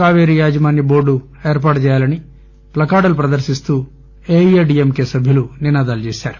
కావేరీ యాజమాన్న బోర్తును ఏర్పాటు చేయాలని ప్లకార్టులు ప్రదర్పిస్తూ ఏఐడిఎంకె సభ్యులు నినాదాలు చేశారు